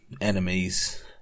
enemies